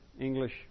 English